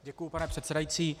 Děkuji, pane předsedající.